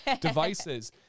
devices